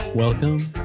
Welcome